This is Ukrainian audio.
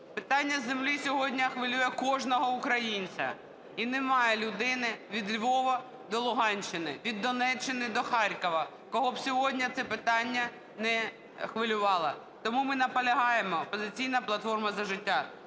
Питання землі сьогодні хвилює кожного українця. І немає людини від Львова до Луганщини, від Донеччини до Харкова, кого б сьогодні це питання не хвилювало. Тому ми наполягаємо, "Опозиційна платформа - За життя",